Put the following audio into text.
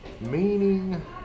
Meaning